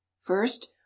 first